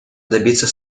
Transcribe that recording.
добиться